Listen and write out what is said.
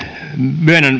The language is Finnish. myönnän